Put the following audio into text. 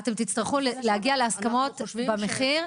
אתם תצטרכו להגיע להסכמות במחיר.